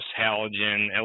halogen